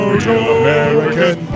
American